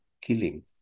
killing